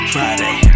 Friday